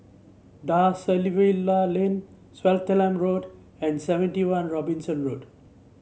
Da Silva Lane Swettenham Road and Seventy One Robinson Road